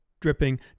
dripping